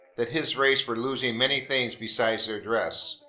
that his race were losing many things besides their dress,